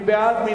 מי בעד?